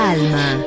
Alma